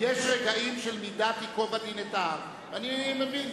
יש רגעים של מידת ייקוב הדין את ההר, אני מבין.